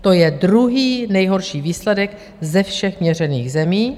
To je druhý nejhorší výsledek ze všech měřených zemí.